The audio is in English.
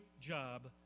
job